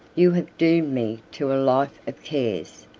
you have doomed me to a life of cares,